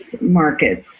markets